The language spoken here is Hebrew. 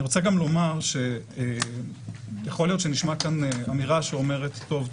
אני רוצה גם לומר שיכול להיות שנשמע כאן אמירה שאומרת: טוב,